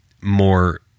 more